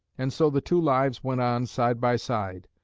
and so the two lives went on side by side,